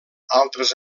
altres